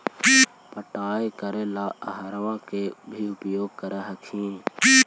पटाय करे ला अहर्बा के भी उपयोग कर हखिन की?